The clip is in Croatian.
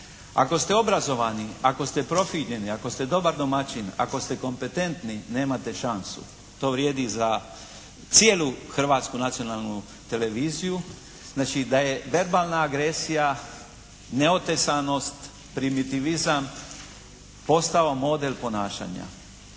Ako ste obrazovani, ako ste profinjeni, ako ste dobar domaćin, ako ste kompetentni nemate šansu. To vrijedi za cijelu Hrvatsku nacionalnu televiziju. Znači da je verbalna agresija, neotesanost, primitivizam postao model ponašanja.